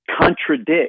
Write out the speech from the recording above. contradict